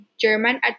German